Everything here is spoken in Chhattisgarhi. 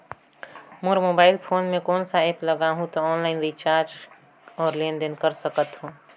मोर मोबाइल फोन मे कोन सा एप्प लगा हूं तो ऑनलाइन रिचार्ज और लेन देन कर सकत हू?